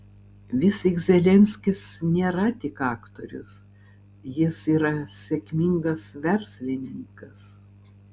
vis tik zelenskis nėra tik aktorius jis yra sėkmingas verslininkas